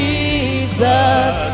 Jesus